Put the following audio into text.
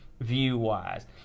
view-wise